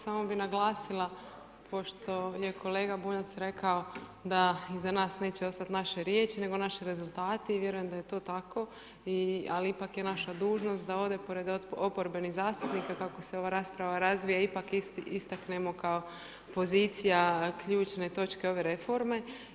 Samo bi naglasila, pošto je kolega Bunjac rekao, da iza nas neće ostati naše riječi, nego naši rezultati i vjerujem da je to tako, ali ipak je naša dužnost, da ovdje pored oporbenih zastupnika, kako se ova rasprava razvija, ipak istaknemo kao pozicija ključne točke ove reforme.